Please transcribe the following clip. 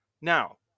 Now